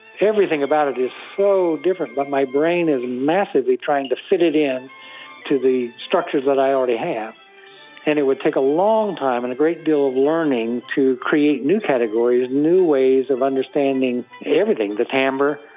everything about it is so different but my brain is massively trying to fit it in to the structures that i already have and it would take a long time and a great deal of learning to create new categories, new ways of understanding everything the timbre,